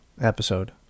episode